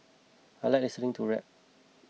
I like listening to rap